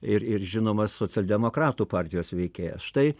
ir ir žinoma socialdemokratų partijos veikėjas štai